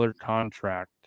contract